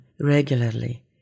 regularly